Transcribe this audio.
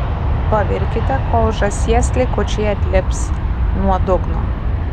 pavirkite kol žąsies likučiai atlips nuo dugno